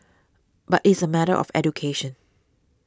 but it's a matter of education